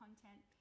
content